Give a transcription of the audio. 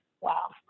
wow